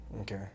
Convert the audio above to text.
Okay